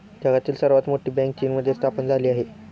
जगातील सर्वात मोठी बँक चीनमध्ये स्थापन झाली आहे